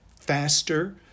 faster